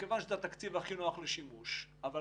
מכיוון שזה התקציב הכי נוח לשימוש אבל